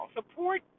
Support